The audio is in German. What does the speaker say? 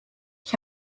ich